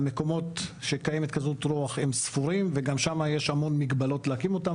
המקומות שקיימת כזאת רוח הם ספורים וגם שם יש המון מגבלות להקים אותם,